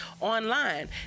online